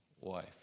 wife